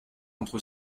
entre